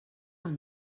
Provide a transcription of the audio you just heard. del